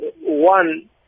one